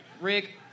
Rick